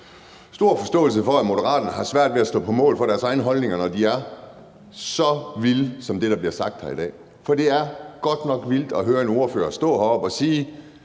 stor forståelse for, at Moderaterne har svært ved at stå på mål for deres egne holdninger, når de er så vilde som dem, der bliver givet udtryk for her i dag. For det er godt nok vildt at høre en ordfører stå heroppe og sige: